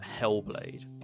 Hellblade